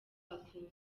akunda